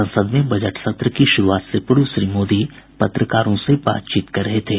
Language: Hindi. संसद में बजट सत्र की शुरूआत से पूर्व श्री मोदी पत्रकारों से बातचीत कर रहे थे